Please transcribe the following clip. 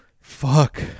Fuck